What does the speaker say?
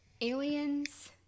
aliens